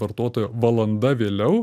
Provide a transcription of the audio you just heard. vartotoją valanda vėliau